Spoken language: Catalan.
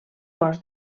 cos